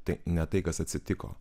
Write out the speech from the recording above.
tai ne tai kas atsitiko